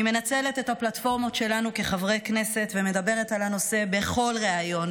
אני מנצלת את הפלטפורמות שלנו כחברי כנסת ומדברת על הנושא בכל ריאיון,